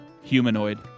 humanoid